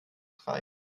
drei